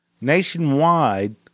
Nationwide